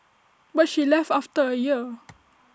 but she left after A year